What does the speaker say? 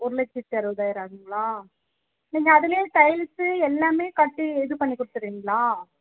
ஒரு லட்சத்து அறுபதாயிரம் ஆகுங்களா நீங்கள் அதுல டைல்ஸ் எல்லாமே கட்டி இது பண்ணி குடுத்துர்றீங்களா